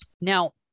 Now